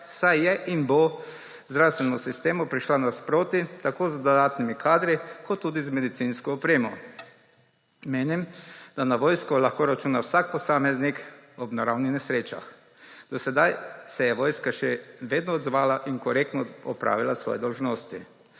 saj je in bo zdravstvenemu sistemu prišla nasproti tako z dodatnimi kadri kot tudi z medicinsko opremo. Menim, da na vojsko lahko računa vsak posameznik ob naravnih nesrečah. Do sedaj se je vojska še vedno odzvala in korektno opravila svoje dolžnosti.